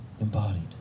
embodied